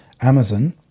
Amazon